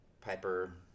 piper